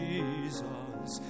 Jesus